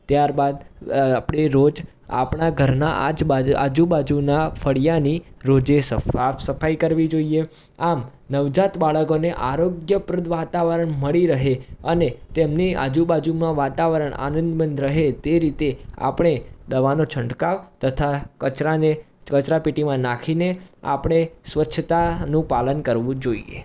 ત્યારબાદ આપણે રોજ આપણા ઘરના આજબાજ આજુબાજુના ફળિયાની રોજે સાફ સફાઈ કરવી જોઈએ આમ નવજાત બાળકોને આરોગ્યપ્રદ વાતાવરણ મળી રહે અને તેમની આજુબાજુમાં વાતાવરણ આનંદમંદ રહે તે રીતે આપણે દવાનો છંટકાવ તથા કચરાને કચરાપેટીમાં નાખીને આપણે સ્વચ્છતાનું પાલન કરવું જોઈએ